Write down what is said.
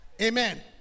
amen